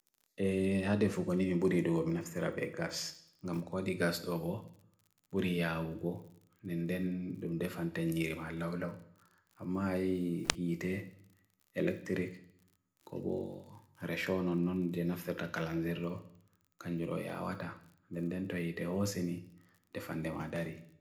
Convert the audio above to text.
Haade fukonimi budi dugo binaf terape gas, ngam kwadi gas dogo, budi ia ugo, nenden dum defan tengirim halawlaw, ammai hiite elektrik ko boh reshaw non non jenaf tera kalanzerro kanjuro ia wata, nenden to hiite osini defan dem hadari.